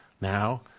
now